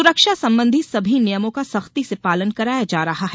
सुरक्षा संबंधी सभी नियमों का सख्ती से पालन कराया जा रहा है